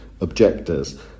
objectors